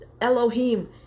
Elohim